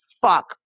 fuck